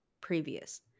previous